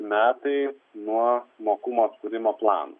metai nuo mokumo atkūrimo plano